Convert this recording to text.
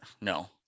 No